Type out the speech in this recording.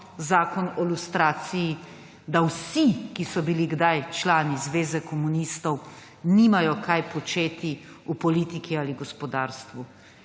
zakon o lustraciji, da vsi, ki so bili kdaj člani Zveze komunistov, nimajo kaj početi v politiki ali gospodarstvu.